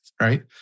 right